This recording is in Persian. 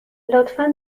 لطفا